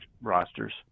rosters